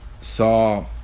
saw